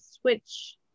switch